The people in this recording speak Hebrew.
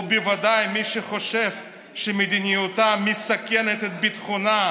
ובוודאי מי שחושב שמדיניותה מסכנת את ביטחונה,